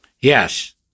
Yes